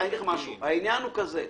העניין הוא כזה.